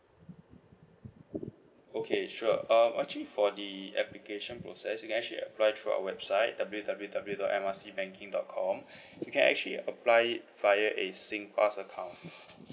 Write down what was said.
okay sure um actually for the application process you can actually apply through our website W_W_W dot M R C banking dot com you can actually apply it via a singpass account